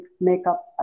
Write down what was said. makeup